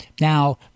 now